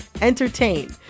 entertain